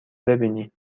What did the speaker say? ببینی